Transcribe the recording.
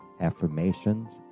affirmations